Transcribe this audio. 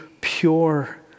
pure